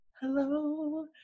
Hello